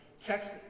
Text